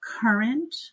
current